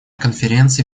конференции